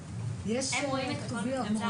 אני רוצה להגיד כמה דברים ולעשות קצת סדר.